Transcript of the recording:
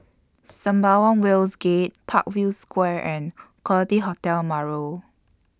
Sembawang Wharves Gate Parkview Square and Quality Hotel Marlow